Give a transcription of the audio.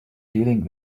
dealing